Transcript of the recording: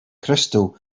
crystal